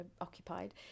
occupied